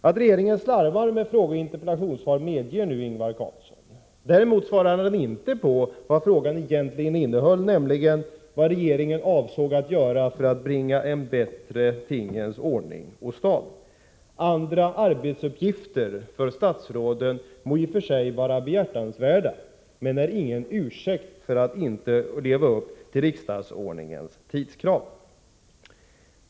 Att regeringen slarvar med frågeoch interpellationssvar medger nu Ingvar Carlsson. Däremot svarar han inte på den fråga som jag egentligen ställde, nämligen vad regeringen avsåg att göra för att bringa en bättre tingens ordning åstad. Andra arbetsuppgifter för statsråden må i och för sig vara behjärtansvärda, men det är ingen ursäkt för att inte leva upp till riksdagsordningens tidskrav.